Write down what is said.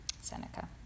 Seneca